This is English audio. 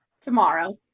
tomorrow